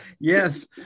yes